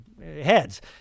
heads